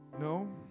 No